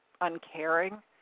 uncaring